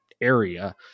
area